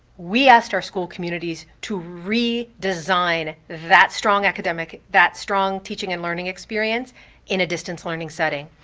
we asked our school community to redesign that strong academic, that strong teaching and learning experience in a distance learning setting,